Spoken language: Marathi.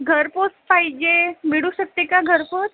घरपोच पाहिजे मिळू शकते का घरपोच